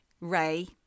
Ray